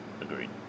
agreed